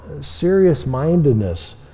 serious-mindedness